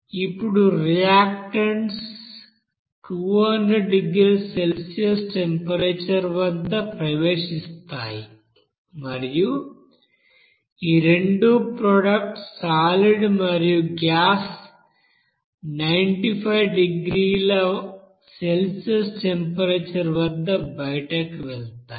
ఇప్పుడు రియాక్టన్స్ 200 డిగ్రీల Celsius temperature వద్ద ప్రవేశిస్తాయి మరియు ఈ రెండు ప్రొడక్ట్స్ సాలిడ్ మరియు గ్యాస్ 950 డిగ్రీల సెల్సియస్ టెంపరేచర్ వద్ద బయటకు వెళ్తాయి